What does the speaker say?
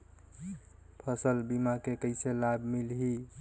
फसल बीमा के कइसे लाभ मिलही?